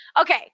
okay